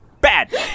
bad